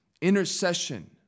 Intercession